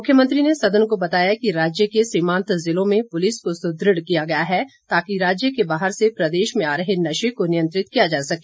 मुख्यमंत्री ने सदन को बताया कि राज्य के सीमांत जिलों में पुलिस को सुदृढ़ किया गया है ताकि राज्य के बाहर से प्रदेश में आ रहे नशे को नियंत्रित किया जा सके